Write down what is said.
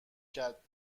کرد